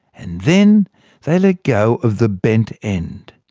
and then they let go of the bent end.